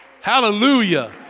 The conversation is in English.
Hallelujah